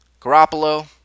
Garoppolo